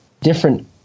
different